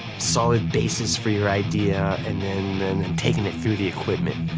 solid basis for your idea and then then taking it through the equipment.